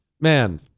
man